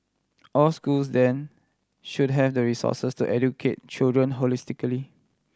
all schools then should have the resources to educate children holistically